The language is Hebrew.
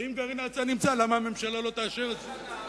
ואם גרעין ההצעה נמצא, למה הממשלה לא תאשר את זה?